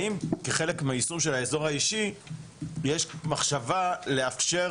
האם כחלק מיישום של האזור האישי יש מחשבה לאפשר